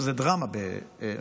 שזה דרמה מצרפת.